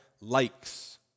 likes